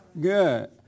Good